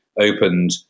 opened